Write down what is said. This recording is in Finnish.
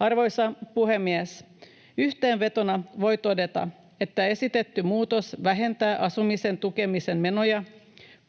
Arvoisa puhemies! Yhteenvetona voi todeta, että esitetty muutos vähentää asumisen tukemisen menoja,